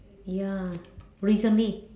ya recently